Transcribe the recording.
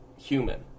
Human